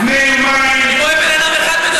לפני יומיים, אני רואה בן אדם אחד מדבר,